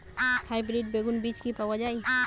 Hybrid বেগুন বীজ কি পাওয়া য়ায়?